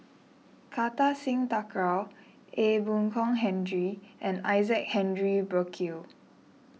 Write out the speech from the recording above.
Kartar Singh Thakral Ee Boon Kong Henry and Isaac Henry Burkill